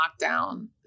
lockdown